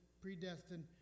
predestined